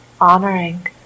honoring